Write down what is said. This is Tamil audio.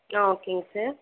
ஓகேங்க சார்